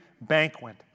banquet